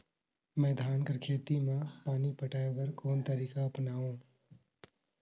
मैं धान कर खेती म पानी पटाय बर कोन तरीका अपनावो?